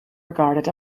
regarded